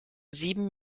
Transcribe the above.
sieben